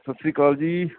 ਸਤਿ ਸ਼੍ਰੀ ਅਕਾਲ ਜੀ